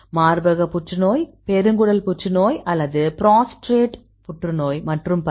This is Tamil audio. மார்பக புற்றுநோய் பெருங்குடல் புற்றுநோய் அல்லது புரோஸ்டேட் புற்றுநோய் மற்றும் பல